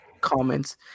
comments